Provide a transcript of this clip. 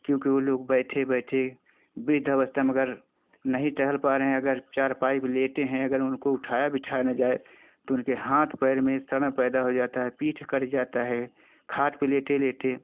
क्योंकि वो लोग बैठे बैठे वृद्ध अवस्था में अगर नहीं टहल पा रहे हैं अगर चारपाई पर लेटे हैं अगर उनको उठाया बैठाया ना जाए तो उनके हाथ पैर में सड़न पैदा हो जाती है पीठ अकड़ जाता है खाट पर लेटे लेटे